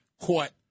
court